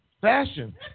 Fashion